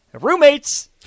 roommates